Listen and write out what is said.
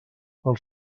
els